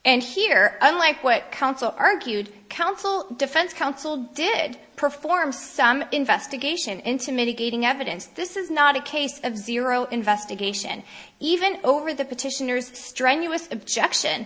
unlike what counsel argued counsel defense counsel did perform some investigation into mitigating evidence this is not a case of zero investigation even over the petitioners strenuous objection